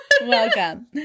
Welcome